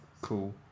Cool